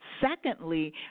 Secondly